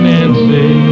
Nancy